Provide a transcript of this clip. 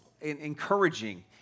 encouraging